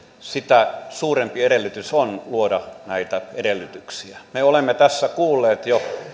sitä suurempi edellytys on luoda näitä edellytyksiä me olemme tässä jo kuulleet